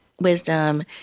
wisdom